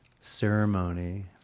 ceremony